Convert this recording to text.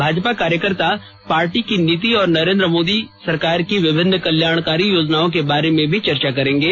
भाजपा कार्यकर्ता पार्टी की नीति और नरेन्द्र मोदी सरकार की विभिन्न कल्याणकारी योजनाओं के बारे में भी चर्चा करेंगे